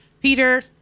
Peter